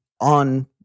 on